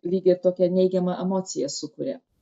lygiai tokią neigiamą emociją sukuria